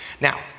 Now